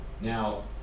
Now